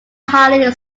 highly